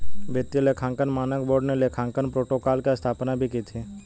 वित्तीय लेखांकन मानक बोर्ड ने लेखांकन प्रोटोकॉल की स्थापना भी की थी